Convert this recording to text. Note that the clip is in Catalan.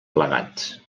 plegats